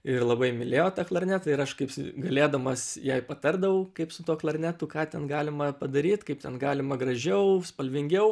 ir labai mylėjo tą klarnetą ir aš kaip galėdamas jai patardavau kaip su tuo klarnetu ką ten galima padaryt kaip ten galima gražiau spalvingiau